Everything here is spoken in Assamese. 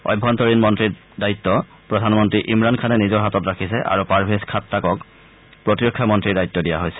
অভ্যন্তৰীণ মন্ত্ৰীৰ দায়িত্ব প্ৰধানমন্ত্ৰী ইমৰান খানে নিজৰ হাতত ৰাখিছে আৰু পাৰভেজ খাট্টাকক প্ৰতিৰক্ষা মন্ত্ৰীৰ দায়িত্ব দিয়া হৈছে